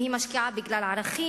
אם היא משקיעה בגלל ערכים,